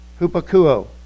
Hupakuo